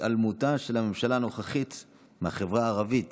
התעלמותה של הממשלה הנוכחית מהחברה הערבית